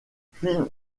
phil